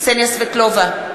קסניה סבטלובה,